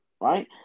right